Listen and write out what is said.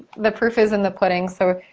the proof is in the pudding. so,